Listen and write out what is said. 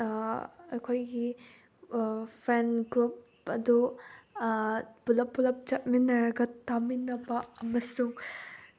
ꯑꯩꯈꯣꯏꯒꯤ fan group ꯑꯗꯨ ꯄꯨꯂꯞ ꯄꯨꯂꯞ ꯆꯠꯃꯤꯟꯅꯔꯒ ꯇꯥꯃꯤꯟꯅꯕ ꯑꯃꯁꯨꯡ